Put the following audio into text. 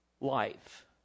life